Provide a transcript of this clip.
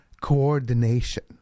coordination